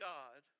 God